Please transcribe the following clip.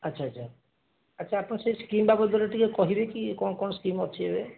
ଆଚ୍ଛା ଆଚ୍ଛା ଆଚ୍ଛା ଆପଣ ସେ ସ୍କିମ୍ ବାବଦରେ ଟିକେ କହିବେ କି କ'ଣ କ'ଣ ସ୍କିମ୍ ଅଛି ଏବେ